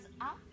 up